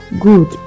good